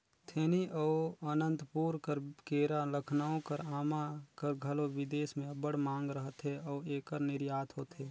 थेनी अउ अनंतपुर कर केरा, लखनऊ कर आमा कर घलो बिदेस में अब्बड़ मांग रहथे अउ एकर निरयात होथे